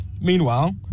Meanwhile